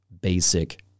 basic